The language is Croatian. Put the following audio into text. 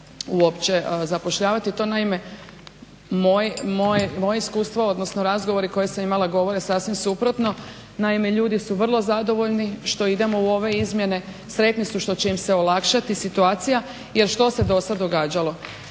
uopće zapošljavati, to naime moje iskustvo odnosno razgovarali koje sam imala govore sasvim suprotno. Naime, ljudi su vrlo zadovoljni što idemo u ove izmjene, sretni su što će im se olakšati situacija, jer što se do sada događalo.